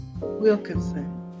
Wilkinson